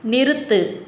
நிறுத்து